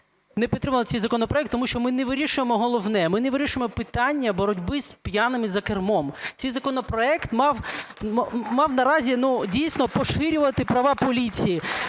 не підтримали цей законопроект. Тому що ми не вирішуємо головне: ми не вирішуємо питання боротьби з п'яними за кермом. Цей законопроект мав наразі, дійсно, розширювати права поліції.